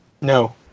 No